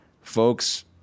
folks